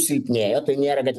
silpnėja tai nėra kad